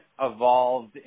evolved